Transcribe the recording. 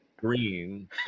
green